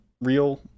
real